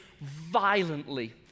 violently